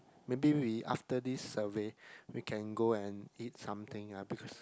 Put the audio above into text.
maybe we after this survey we can go and eat something ah because